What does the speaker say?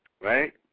right